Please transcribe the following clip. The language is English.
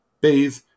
bathe